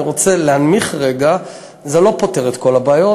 אני רוצה להנמיך רגע: זה לא פותר את כל הבעיות,